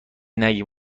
نگیم